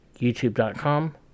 youtube.com